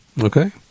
Okay